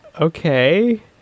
Okay